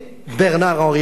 ברנאר-אנרי לוי,